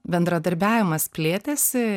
bendradarbiavimas plėtėsi